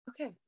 okay